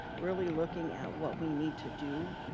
really looking at what we need to do,